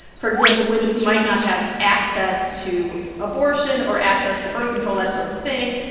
for example, women who might not have access to abortion or access to birth control, that sort of thing,